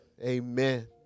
amen